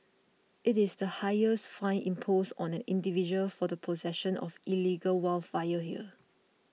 it is the highest fine imposed on an individual for the possession of illegal wildfire here